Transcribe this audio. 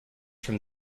from